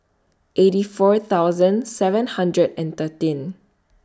eighty four thousand seven hundred and thirteen